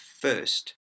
first